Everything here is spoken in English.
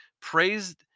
praised